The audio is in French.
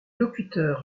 locuteurs